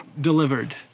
delivered